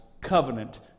covenant